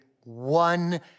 one